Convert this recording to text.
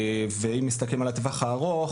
ואם מסתכלים על הטווח הארוך,